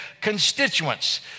constituents